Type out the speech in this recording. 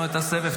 סיימנו את הסבב?